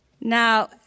Now